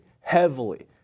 heavily